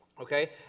okay